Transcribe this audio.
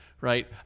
right